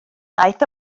aeth